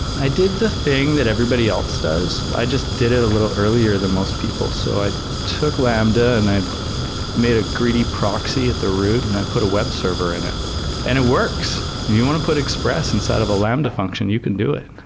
i did the thing that everybody else does. i just did it a little earlier than most people. so i took lambda and i've made a greedy proxy at the root and i put a web server in it and it works. you want to put express inside of a lambda function, you can do it.